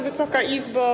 Wysoka Izbo!